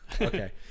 okay